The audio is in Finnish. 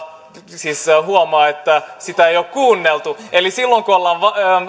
huomaa että sitä ei ole kuunneltu eli silloin kun